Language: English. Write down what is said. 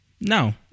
No